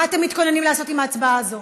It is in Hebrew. מה אתם מתכוננים לעשות עם ההצבעה הזאת?